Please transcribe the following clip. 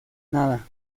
nada